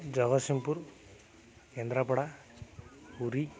Jagatsinghpur Kendrapara Puri